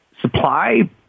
Supply